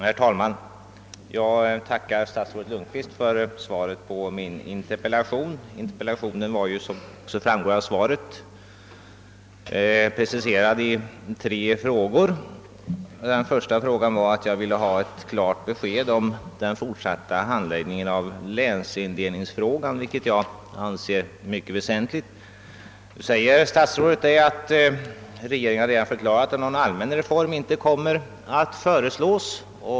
Herr talman! Jag tackar statsrådet Som framgår av svaret var interpellationen preciserad i tre frågor. Den första fråga jag ville ha ett klart besked om rörde den framtida handläggningen av länsindelningen. Det anser jag vara en mycket väsentlig fråga. Där förklarar statsrådet »att någon allmän reform inte kommer att föreslås».